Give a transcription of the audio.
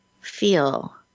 feel